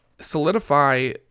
solidify